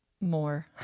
more